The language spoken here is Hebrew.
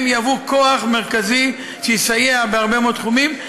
הם יהוו כוח מרכזי שיסייע בהרבה מאוד תחומים.